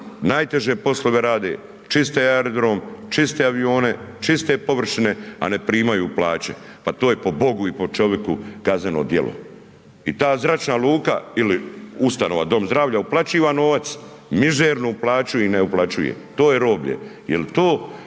najteže poslove rade čiste aerodrom, čiste avione, čiste površine, a ne primaju plaće. Pa to je po Bogu i po čoviku kazneno djelo. I ta zračna luka ili ustanova dom zdravlja uplaćiva novac, mižernu plaću im ne uplaćuje to je roblje, jel to